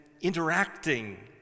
interacting